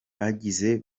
bagize